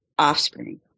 offspring